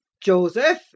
Joseph